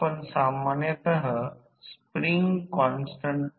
आता short circuit चाचणी मालिका मापदंड प्राप्त करण्यासाठी आहे जी प्रतिरोध आणि प्रतिक्रिय आहे